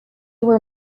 were